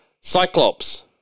Cyclops